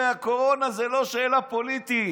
הרי הקורונה זו לא שאלה פוליטית.